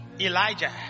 Elijah